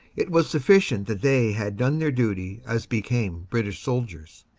it was sufficient that they had done their duty as became british soldiers.